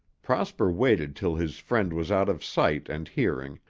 prosper waited till his friend was out of sight and hearing,